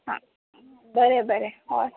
आं बरें बरें हय